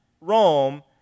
Rome